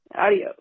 Adios